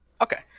Okay